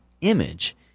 image